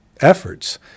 efforts